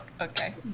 Okay